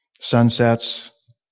Sunsets